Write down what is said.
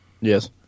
Yes